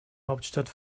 hauptstadt